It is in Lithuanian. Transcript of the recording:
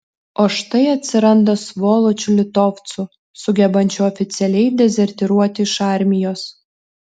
o štai atsiranda svoločių litovcų sugebančių oficialiai dezertyruoti iš armijos